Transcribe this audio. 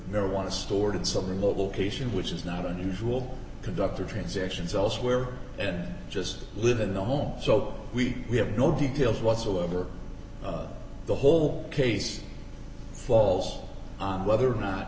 to store it in some remote location which is not unusual conductor transactions elsewhere and just live in the home so we have no details whatsoever the whole case falls on whether or not